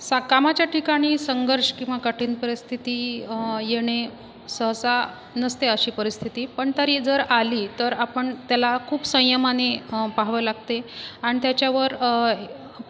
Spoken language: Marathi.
सा कामाच्या ठिकाणी संघर्ष किंवा कठीण परिस्थिती येणे सहसा नसते अशी परिस्थिती पण तरी जर आली तर आपण त्याला खूप संयमाने पहावं लागते आणि त्याच्यावर